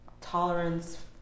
tolerance